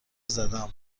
زدم